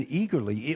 eagerly